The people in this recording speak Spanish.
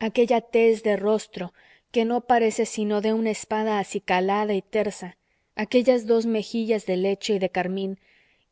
aquella tez de rostro que no parece sino de una espada acicalada y tersa aquellas dos mejillas de leche y de carmín